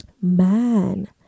man